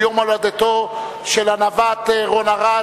הוא יום הולדתו של הנווט רון ארד,